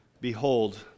Behold